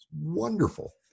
Wonderful